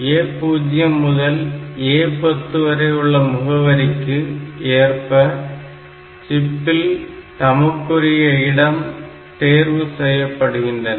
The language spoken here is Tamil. A0 முதல் A10 வரை உள்ள முகவரிக்கு ஏற்ப சிப்பில் தமக்குரிய இடம் தேர்வு செய்யப்படுகின்றன